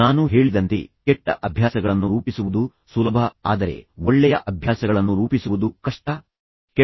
ನಾನು ಹೇಳಿದಂತೆ ಕೆಟ್ಟ ಅಭ್ಯಾಸಗಳನ್ನು ರೂಪಿಸುವುದು ಸುಲಭ ಆದರೆ ಒಳ್ಳೆಯ ಅಭ್ಯಾಸಗಳನ್ನು ರೂಪಿಸುವುದು ಕಷ್ಟ ಕೆಟ್ಟ ಅಭ್ಯಾಸಗಳನ್ನು ಮುರಿಯುವುದು ಕಷ್ಟ